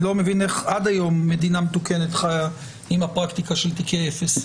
אני לא מבין איך עד היום המדינה חיה עם פרקטיקה של תיקי אפס.